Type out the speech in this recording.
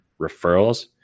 referrals